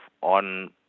on